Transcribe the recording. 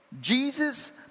Jesus